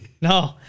No